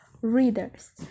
readers